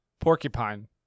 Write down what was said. Porcupine